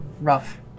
Rough